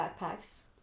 backpacks